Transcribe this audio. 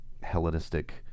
Hellenistic